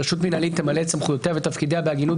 "רשות מינהלית תמלא את סמכויותיה ותפקידיה בהגינות,